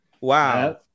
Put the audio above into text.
Wow